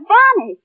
Bonnie